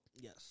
Yes